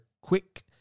quick